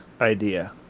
idea